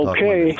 Okay